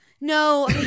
no